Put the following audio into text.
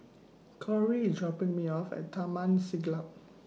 Cory IS dropping Me off At Taman Siglap